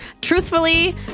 truthfully